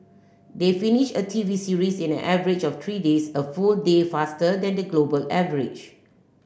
they finish a TV series in an average of three days a full day faster than the global average